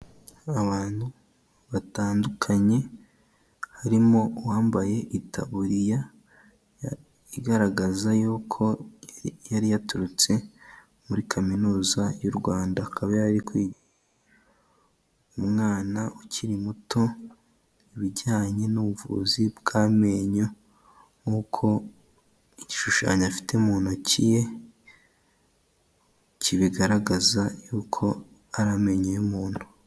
Abantu batandukanye harimo uwambaye itaburiya igaragaza yari yaturutse muri kaminuza y'u Rwanda, akaba yari umwana ukiri muto ku bijyanye n'ubuvuzi bw'amenyo nk'uko igishushanyo afite mu ntoki ye kibigaragaza y'uko ari amenyo y'umuntu.